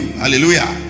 hallelujah